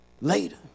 later